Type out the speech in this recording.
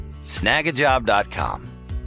Snagajob.com